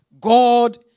God